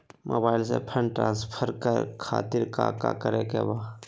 Mobile से fund transfer खातिर काका करे के बा?